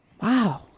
Wow